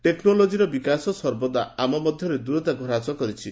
ଟେକ୍ନୋଲୋଜିର ବିକାଶ ସର୍ବଦା ଆମ ମଧ୍ୟରେ ଦୂରତାକୁ ହ୍ରାସ କରିଛି